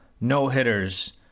no-hitters